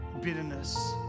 bitterness